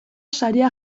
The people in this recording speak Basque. saria